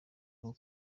nko